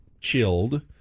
chilled